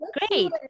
great